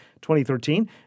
2013